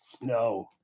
No